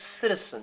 citizen